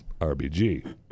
RBG